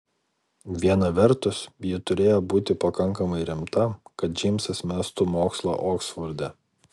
viena vertus ji turėjo būti pakankamai rimta kad džeimsas mestų mokslą oksforde